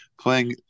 playing